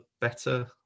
better